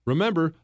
Remember